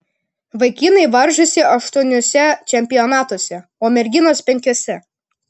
vaikinai varžosi aštuoniuose čempionatuose o merginos penkiuose